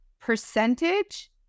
percentage